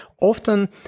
often